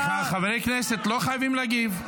--- סליחה, סליחה, חברי הכנסת, לא חייבים להגיב.